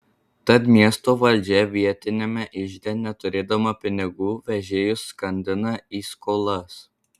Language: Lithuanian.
tad miesto valdžia vietiniame ižde neturėdama pinigų vežėjus skandina į skolas